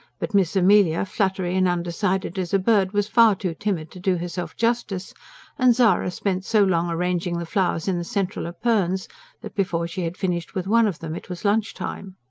but miss amelia, fluttery and undecided as a bird, was far too timid to do herself justice and zara spent so long arranging the flowers in the central epergnes that before she had finished with one of them it was lunch time.